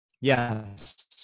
Yes